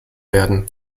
werden